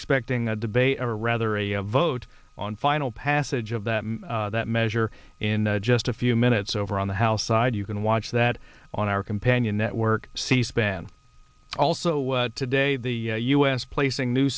expecting a debate or rather a vote on final passage of that that measure in just a few minutes over on the house side you can watch that on our companion network c span also today the u s placing new